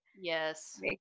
yes